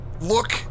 Look